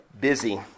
busy